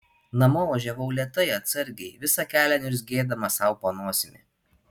namo važiavau lėtai atsargiai visą kelią niurzgėdama sau po nosimi